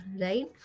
right